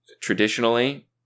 traditionally